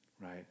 right